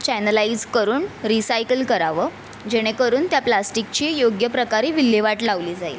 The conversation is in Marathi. चॅनेलाईज करून रिसायकल करावं जेणेकरून त्या प्लास्टिकची योग्यप्रकारे विल्हेवाट लावली जाईल